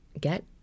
get